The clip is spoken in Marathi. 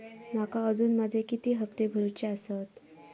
माका अजून माझे किती हप्ते भरूचे आसत?